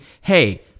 hey